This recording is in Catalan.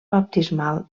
baptismal